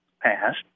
passed